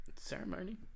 Ceremony